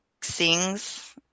sings